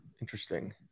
Interesting